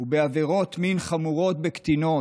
ובעבירות מין חמורות בקטינות,